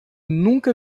nunca